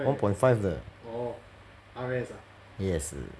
one point five 的 yesse